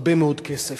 הרבה מאוד כסף.